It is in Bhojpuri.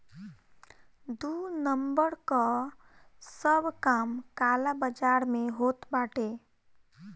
दू नंबर कअ सब काम काला बाजार में होत बाटे